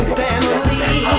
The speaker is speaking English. family